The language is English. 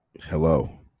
Hello